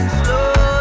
slow